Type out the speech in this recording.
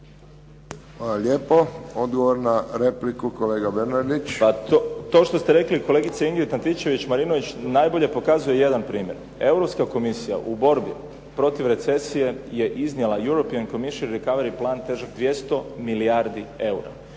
lijepo. Odgovor na repliku kolega Bernardić. **Bernardić, Davor (SDP)** To što ste rekli kolegice Antičević-Marinović najbolje pokazuje jedan primjer. Europska komisija u borbi protiv recesije je iznijela European commission recovery plan težak 200 milijardi eura.